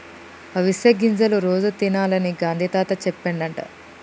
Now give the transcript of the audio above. అవిసె గింజలు రోజు తినాలని గాంధీ తాత చెప్పిండట